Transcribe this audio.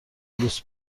لوس